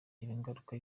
ingaruka